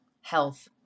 Health